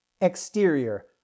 Exterior